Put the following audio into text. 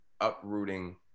uprooting